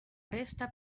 resta